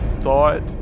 thought